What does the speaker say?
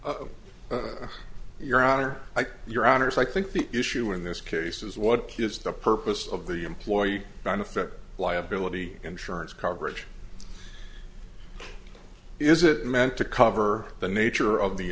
it your honor your honor so i think the issue in this case is what key is the purpose of the employee benefit liability insurance coverage is it meant to cover the nature of the